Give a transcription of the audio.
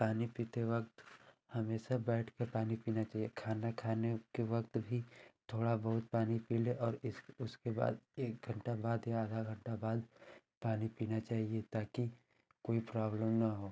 पानी पीते वक्त हमेशा बैठकर पानी पीना चाहिए खाना खाने के वक्त भी थोड़ा बहुत पानी पी लें और इस उसके बाद एक घन्टा बाद या आधा घन्टा बाद पानी पीना चाहिए ताकि कोई प्रॉब्लम न हो